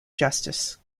justice